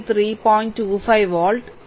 25 what